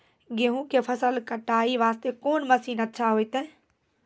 गेहूँ के फसल कटाई वास्ते कोंन मसीन अच्छा होइतै?